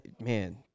man